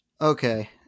Okay